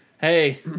hey